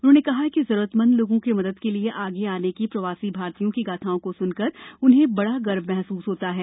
उन्हों ने कहा कि जरूरतमंद लोगों की मदद के लिए आगे आने की प्रवासी भारतीयों की गाथाओं को सुनकर उन्हेंग बड़ा गर्व महसूस होता है